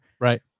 right